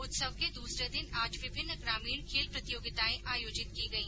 उत्सव के दूसरे दिन आज विभिन्न ग्रामीण खेल प्रतियोगिताएं आयोजित की गई